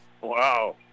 Wow